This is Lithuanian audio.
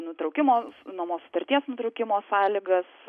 nutraukimo nuomos sutarties nutraukimo sąlygas